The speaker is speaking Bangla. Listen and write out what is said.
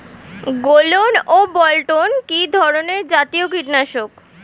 গোলন ও বলটন কি ধরনে জাতীয় কীটনাশক?